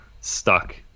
stuck